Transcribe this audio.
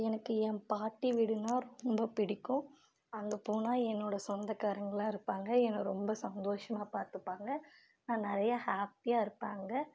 எனக்கு என் பாட்டி வீடுனால் ரொம்ப பிடிக்கும் அங்கே போனால் என்னோட சொந்தக்காரங்கள்லாம் இருப்பாங்கள் என்னை ரொம்ப சந்தோஷமாக பார்த்துப்பாங்க நான் நிறையா ஹாப்பியாக இருப்பன் அங்கே